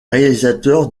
réalisateur